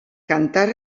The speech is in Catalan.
cantar